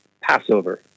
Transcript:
Passover